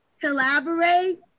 collaborate